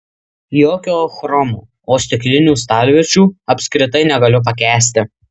jokio chromo o stiklinių stalviršių apskritai negaliu pakęsti